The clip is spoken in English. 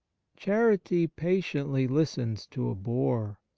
charity patiently listens to a bore,